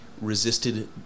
resisted